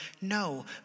no